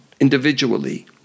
individually